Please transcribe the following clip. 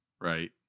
right